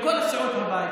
לכל סיעות הבית,